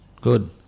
Good